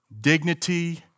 dignity